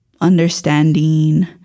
understanding